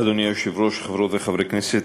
אדוני היושב-ראש, חברות וחברי כנסת,